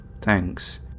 thanks